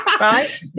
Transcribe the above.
right